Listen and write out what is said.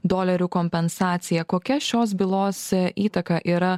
dolerių kompensaciją kokia šios bylos įtaka yra